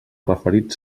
referit